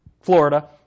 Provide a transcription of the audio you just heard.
Florida